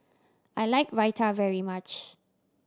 I like Raita very much